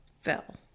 fell